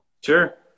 Sure